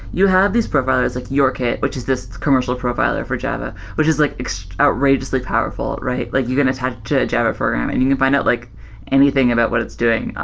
you have these profilers, like yourkit, which is this commercial profiler for java, which is like outrageously powerful, right? like you can attach to a java program and you can find out like anything about what it's doing.